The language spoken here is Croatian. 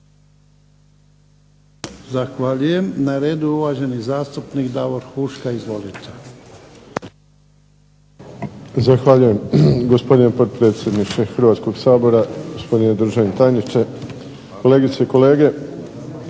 Zahvaljujem. Na redu je uvaženi zastupnik Davor Huška. Izvolite.